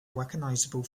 recognizable